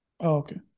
Okay